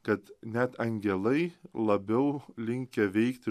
kad net angelai labiau linkę veikti